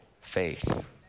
faith